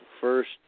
first